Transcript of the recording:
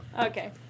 Okay